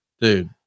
Dude